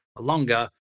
longer